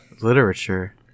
Literature